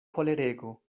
kolerego